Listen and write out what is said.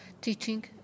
teaching